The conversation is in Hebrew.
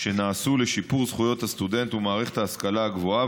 לשיפור זכויות הסטודנט ומערכת ההשכלה הגבוהה,